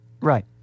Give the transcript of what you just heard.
Right